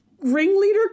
ringleader